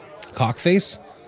Cockface